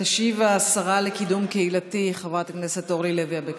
השרה לקידום קהילתי חברת הכנסת אורלי לוי אבקסיס.